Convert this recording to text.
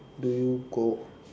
do you go